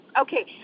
Okay